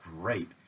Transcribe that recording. great